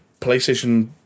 PlayStation